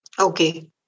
Okay